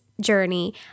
journey